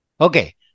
okay